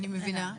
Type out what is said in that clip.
אני מבינה,